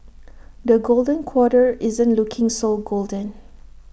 the golden quarter isn't looking so golden